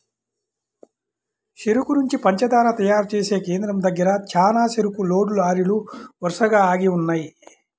చెరుకు నుంచి పంచదార తయారు చేసే కేంద్రం దగ్గర చానా చెరుకు లోడ్ లారీలు వరసగా ఆగి ఉన్నయ్యి